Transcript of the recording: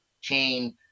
chain